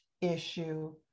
issue